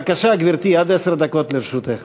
בבקשה, גברתי, עד עשר דקות לרשותך.